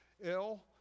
ill